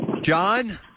John